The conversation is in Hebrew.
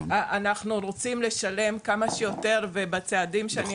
אנחנו רוצים לשלם כמה שיותר ובצעדים שאני